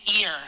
ear